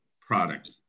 product